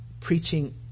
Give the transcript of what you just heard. preaching